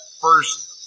first